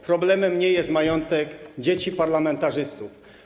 Problemem nie jest majątek dzieci parlamentarzystów.